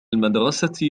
المدرسة